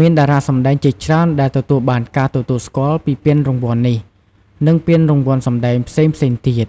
មានតារាសម្តែងជាច្រើនដែលទទួលបានការទទួលស្គាល់ពីពានរង្វាន់នេះ និងពានរង្វាន់សម្តែងផ្សេងៗទៀត។